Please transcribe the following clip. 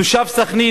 תושב סח'נין,